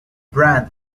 brand